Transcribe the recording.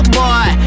boy